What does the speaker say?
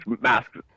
Masks